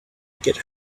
get